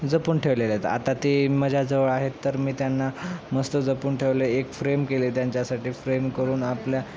जपून ठेवलेले आहेत आता ती माझ्याजवळ आहेत तर मी त्यांना मस्त जपून ठेवले एक फ्रेम केले त्यांच्यासाठी फ्रेम करून आपल्या